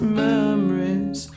memories